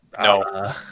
No